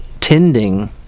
tending